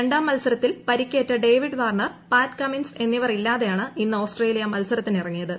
രണ്ടാം മത്സരത്തിൽ പരിക്കേറ്റ ഡേവിഡ് വാർണർ പോറ്റ് കമിൻസ് എന്നിവർ ഇല്ലാതെയാണ് ഇന്ന് ഓസ്ട്രേട്ടിയിൽ മത്സരത്തിനിറങ്ങിയത്